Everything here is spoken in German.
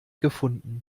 gefunden